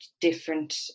different